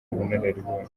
ubunararibonye